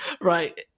Right